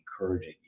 encouraging